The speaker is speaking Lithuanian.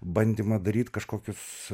bandymą daryt kažkokius